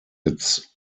its